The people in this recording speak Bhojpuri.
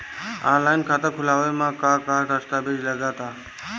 आनलाइन खाता खूलावे म का का दस्तावेज लगा ता?